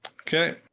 Okay